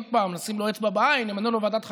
עוד פעם, לשים לו אצבע בעין, נמנה לו ועדת חקירה.